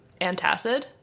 antacid